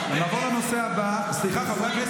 זה לא סביר.